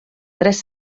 tres